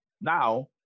now